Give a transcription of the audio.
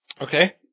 Okay